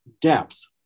depth